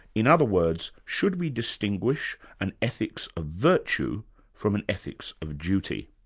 in other words, should we distinguish an ethics of virtue from an ethics of duty?